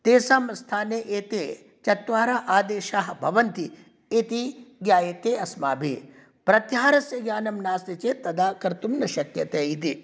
तेषां स्थाने एते चत्वारः आदेशाः भवन्ति इति ज्ञायते अस्माभिः प्रत्याहारस्य ज्ञानं नास्ति चेत् तदा कर्तुं न शक्यते इति